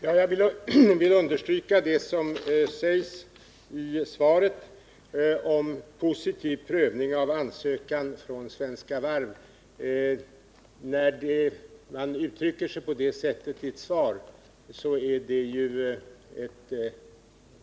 Herr talman! Jag vill understryka det som sägs i svaret om positiv prövning av ansökan från Svenska Varv. När man uttrycker sig på det sättet är det ett